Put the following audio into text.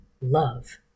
love